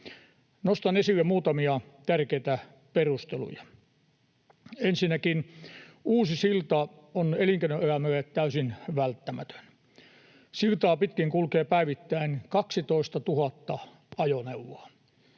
Nostan esille muutamia tärkeitä perusteluja: Ensinnäkin uusi silta on elinkeinoelämälle täysin välttämätön. Siltaa pitkin kulkee päivittäin 12 000 ajoneuvoa.